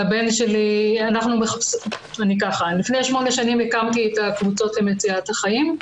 לפני שמונה שנים הקמתי את הקבוצות למציאת אחאים,